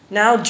now